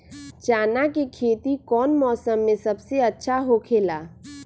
चाना के खेती कौन मौसम में सबसे अच्छा होखेला?